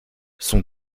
son